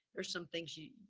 there's some things you, you,